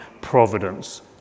providence